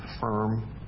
firm